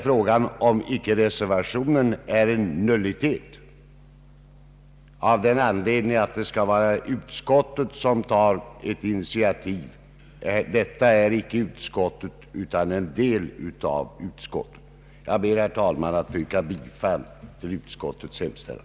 Frågan är om inte reservationen är en nullitet, av den anledningen att det skall vara utskottet som tar ett initiativ, medan detta icke är utskottet, utan en del av utskottet. Jag ber, herr talman, att få yrka bifall till utskottets hemställan.